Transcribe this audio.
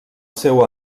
seu